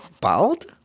bald